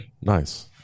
Nice